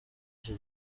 iki